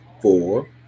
four